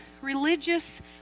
religious